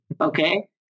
okay